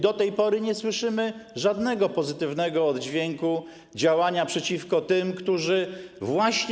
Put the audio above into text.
Do tej pory nie słyszymy żadnego pozytywnego oddźwięku działania przeciwko nim.